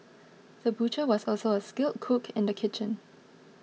the butcher was also a skilled cook in the kitchen